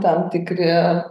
tam tikri